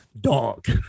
Dog